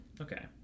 Okay